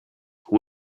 who